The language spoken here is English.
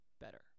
better